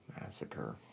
massacre